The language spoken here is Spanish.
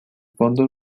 fondo